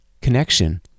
connection